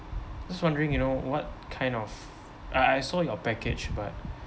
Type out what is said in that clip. just wondering you know what kind of I I saw your package but